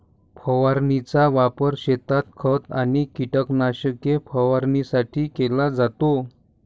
फवारणीचा वापर शेतात खत आणि कीटकनाशके फवारणीसाठी केला जातो